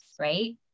right